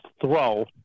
throw